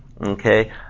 Okay